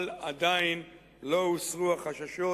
אבל עדיין לא הוסרו החששות